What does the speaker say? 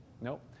Nope